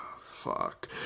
fuck